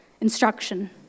instruction